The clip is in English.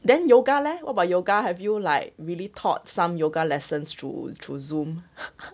then yoga leh what about yoga have you like really taught some yoga lessons through through zoom